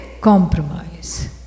compromise